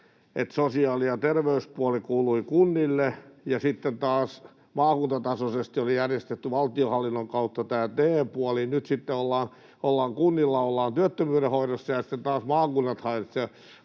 että sosiaali- ja terveyspuoli kuului kunnille ja sitten taas maakuntatasoisesti oli järjestetty valtionhallinnon kautta tämä TE-puoli, niin nyt sitten kunnissa ollaan työttömyydenhoidossa ja sitten taas maakunnat hoitavat